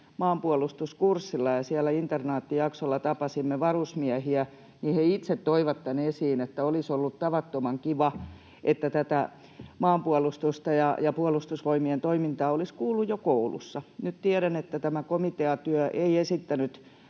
maanpuolustuskurssilla ja siellä internaattijaksolla tapasimme varusmiehiä, niin he itse toivat tämän esiin, että olisi ollut tavattoman kiva, että tästä maanpuolustuksesta ja Puolustusvoimien toiminnasta olisi kuullut jo koulussa. Nyt tiedän, että tämä komiteatyö ei esittänyt